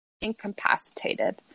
incapacitated